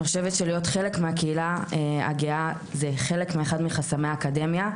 אני חושבת שלהיות חלק מהקהילה הגאה זה אחד מחסמי האקדמיה,